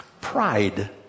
pride